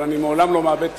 אבל אני לעולם לא מאבד תקווה,